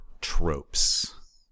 tropes